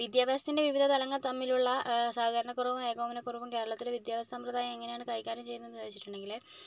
വിദ്യാഭ്യാസത്തിൻ്റെ വിവിധ തലങ്ങൾ തമ്മിലുള്ള സഹകരണക്കുറവും ഏകോപനക്കുറവും കേരളത്തിലെ വിദ്യാഭ്യാസ സമ്പ്രദായം എങ്ങനെയാണ് കൈകാര്യം ചെയ്യുന്നത് എന്ന് വെച്ചിട്ടുണ്ടെങ്കിൽ